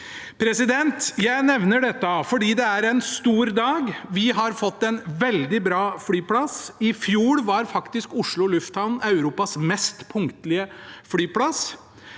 seks år. Jeg nevner dette fordi det er en stor dag. Vi har fått en veldig bra flyplass. I fjor var faktisk Oslo Lufthavn Europas mest punktlige flyplass.